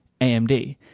AMD